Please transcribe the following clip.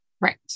Right